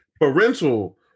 parental